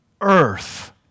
earth